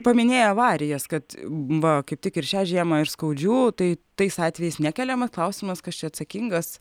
paminėjai avarijas kad va kaip tik ir šią žiemą ir skaudžių tai tais atvejais nekeliamas klausimas kas čia atsakingas